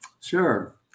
Sure